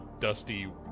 dusty